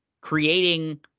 creating